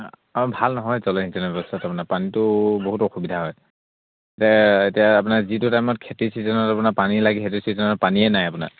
অঁ অঁ ভাল নহয় জলসিঞ্চনৰ ব্যৱস্থাটো তাৰমানে পানীটো বহুত অসুবিধা হয় এতিয়া এতিয়া আপোনাৰ যিটো টাইমত খেতি ছিজনত আপোনাৰ পানী লাগে সেইটো ছিজনত পানীয়ে নাই আপোনাৰ